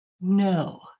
no